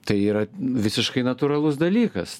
tai yra visiškai natūralus dalykas